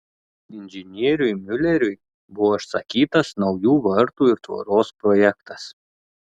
inžinieriui miuleriui buvo užsakytas naujų vartų ir tvoros projektas